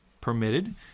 permitted